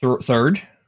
Third